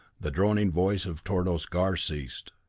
the droning voice of tordos gar ceased.